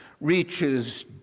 reaches